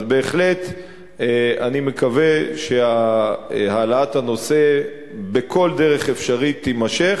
אז בהחלט אני מקווה שהעלאת הנושא בכל דרך אפשרית תימשך,